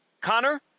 Connor